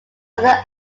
other